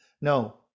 no